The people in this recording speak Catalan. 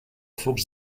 flux